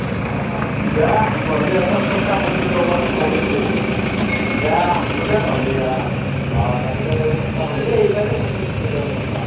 অঁ দিয়া সময় হলি একবাৰ চেষ্টা কৰিম ৰ'বাচোন কালিকলৈকে দে হ'ব দে নহ্লি অঁ তাকেইতো চেষ্টা কৰি এই সেইকাৰণেই ফোন কৰ্ছিলোঁ দে তোমাক